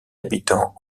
habitants